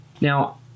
now